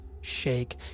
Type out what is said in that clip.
shake